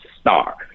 star